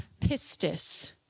pistis